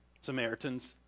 Samaritans